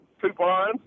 coupon